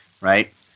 right